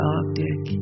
Arctic